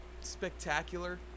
spectacular